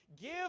give